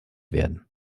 werden